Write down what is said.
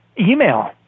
email